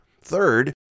Third